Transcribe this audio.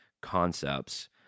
concepts